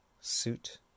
suit